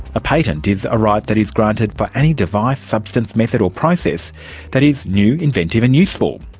a patent is a right that is granted for any device, substance, method or process that is new, inventive and useful.